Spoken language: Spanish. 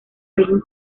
álbum